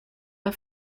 der